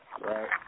Right